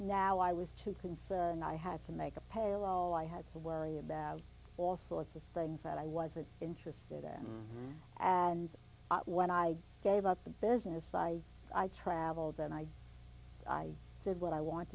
now i was too concerned i had to make a payroll i had to worry about all sorts of things that i wasn't interested in and when i gave up the business side i travelled and i said what i want